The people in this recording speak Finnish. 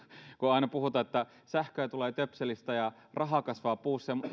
kun aina puhutaan että sähköä tulee töpselistä ja raha kasvaa puussa niin